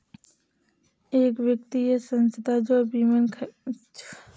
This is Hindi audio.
एक व्यक्ति या संस्था जो बीमा खरीदता है उसे पॉलिसीधारक के रूप में जाना जाता है